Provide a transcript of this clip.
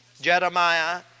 Jeremiah